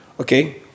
Okay